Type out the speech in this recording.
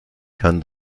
kann